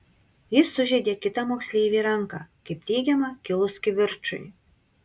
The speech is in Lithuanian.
jis sužeidė kitą moksleivį į ranką kaip teigiama kilus kivirčui